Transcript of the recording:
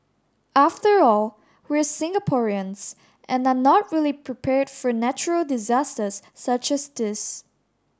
after all we're Singaporeans and are not really prepared for natural disasters such as this